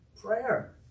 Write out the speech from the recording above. Prayer